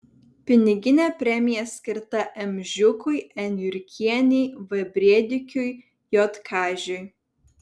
piniginė premija skirta m žiūkui n jurkienei v brėdikiui j kažiui